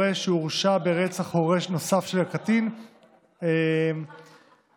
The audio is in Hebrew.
שהורשע ברצח הורה נוסף של הקטין או של הקטין),